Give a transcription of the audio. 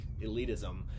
elitism